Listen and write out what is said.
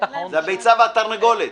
זה הביצה והתרנגולת.